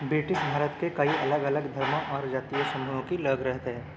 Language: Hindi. ब्रिटिस भारत के कई अलग अलग धर्मों और जातीय समूहों की लोग रहते हैं